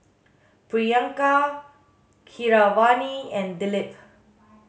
Priyanka Keeravani and Dilip